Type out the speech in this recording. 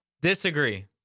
disagree